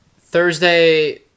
Thursday